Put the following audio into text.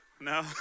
No